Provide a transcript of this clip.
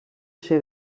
ser